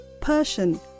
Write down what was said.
Persian